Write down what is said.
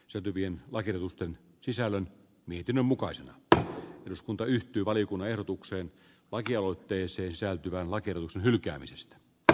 selvien vaikerrusten sisällön mietinnön mukaisena että eduskunta yhtyi valiokunnan ehdotuksen lakialoitteeseen sisältyvän vaikerrus hylkäämisestä dr